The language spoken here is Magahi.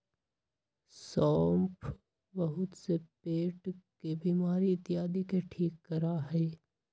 सौंफ बहुत से पेट के बीमारी इत्यादि के ठीक करा हई